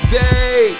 day